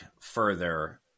further